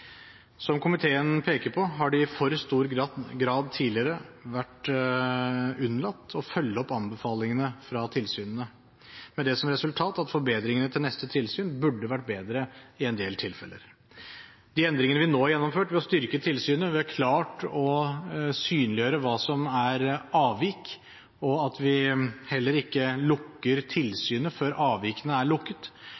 Som komiteen peker på, har det i for stor grad tidligere vært unnlatt å følge opp anbefalingene fra tilsynene, med det resultat at forbedringene til neste tilsyn burde vært bedre i en del tilfeller. De endringene vi nå har gjennomført ved å styrke tilsynet, ved klart å synliggjøre hva som er avvik, og at vi heller ikke lukker tilsynet før avvikene er lukket,